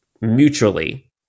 mutually